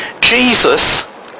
Jesus